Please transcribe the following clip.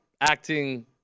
acting